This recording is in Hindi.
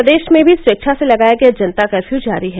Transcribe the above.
प्रदेश में भी स्वेच्छा से लगाया गया जनता कर्फ्यू जारी है